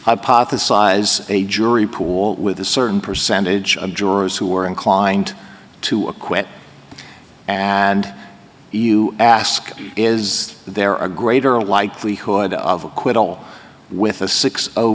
hypothesize a jury pool with a certain percentage of jurors who are inclined to acquit and you ask is there a greater likelihood of a quibble with a six